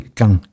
gang